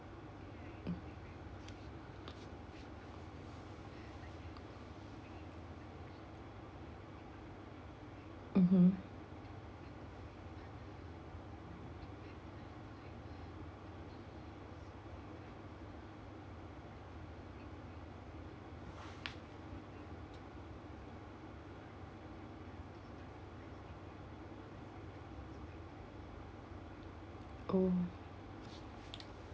mm mmhmm oh